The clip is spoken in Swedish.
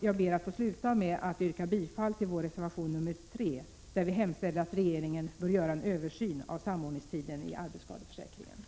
Jag ber att få sluta med att yrka bifall till vår reservation nr 3, där vi hemställer att regeringen bör göra en översyn av samordningstiden i arbetsskadeförsäkringen.